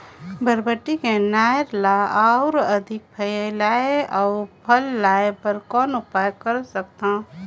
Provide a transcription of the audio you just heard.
बरबट्टी के नार ल अधिक फैलाय अउ फल लागे बर कौन उपाय कर सकथव?